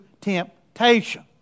temptation